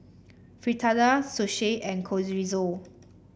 Fritada Sushi and Chorizo